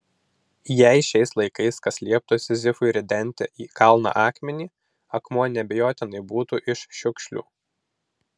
jei šiais laikais kas lieptų sizifui ridenti į kalną akmenį akmuo neabejotinai būtų iš šiukšlių